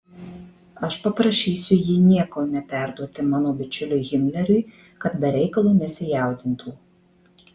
aš paprašysiu jį nieko neperduoti mano bičiuliui himleriui kad be reikalo nesijaudintų